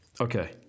okay